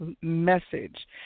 message